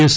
yes